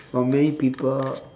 for many people